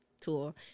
tool